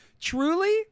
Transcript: truly